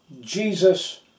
Jesus